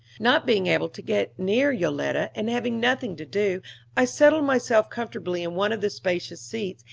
not being able to get near yoletta, and having nothing to do, i settled myself comfortably in one of the spacious seats,